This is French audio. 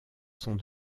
sont